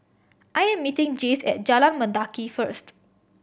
I'm meeting Jace at Jalan Mendaki first